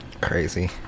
Crazy